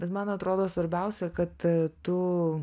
bet man atrodo svarbiausia kad tu